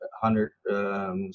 hundred